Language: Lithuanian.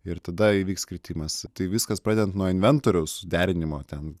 ir tada įvyks kritimas tai viskas pradedant nuo inventoriaus suderinimo ten